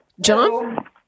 John